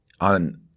on